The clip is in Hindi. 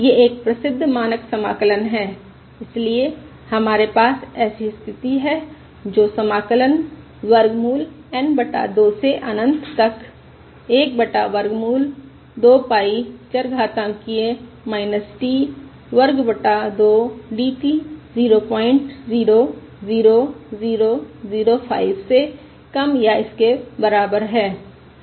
यह एक प्रसिद्ध मानक समाकलन है इसलिए हमारे पास ऐसी स्थिति है जो समाकलन वर्गमूल N बटा 2 से अनंत 1 बटा वर्गमूल 2 पाई चरघातांकिय़ t वर्ग बटा 2 dt 000005 से कम या इसके बराबर है